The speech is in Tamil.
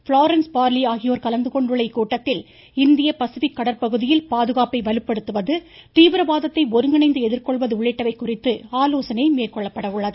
பிளாரன்ஸ் பார்லி ஆகியோர் கலந்துகொள்ளும் இக்கூட்டத்தில் இந்திய பசிபிக் கடற்பகுதியில் பாதுகாப்பை வலுப்படுத்துவது தீவிரவாதத்தை ஒருங்கிணைந்து எதிர்கொள்வது உள்ளிட்டவை குறித்து ஆலோசனை மேற்கொள்ளப்பட உள்ளது